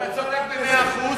אתה צודק במאה אחוז,